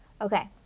okay